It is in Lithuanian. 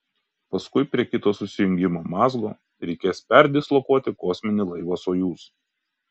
paskui prie kito susijungimo mazgo reikės perdislokuoti kosminį laivą sojuz